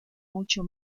mucho